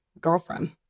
girlfriend